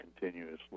continuously